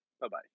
Bye-bye